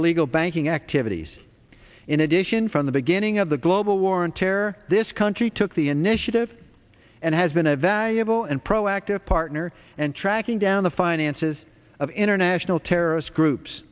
illegal banking activities in addition from the beginning of the global war on terror this country took the initiative and has been a valuable and proactive partner and tracking down the finances of international terrorist groups